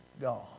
God